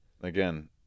again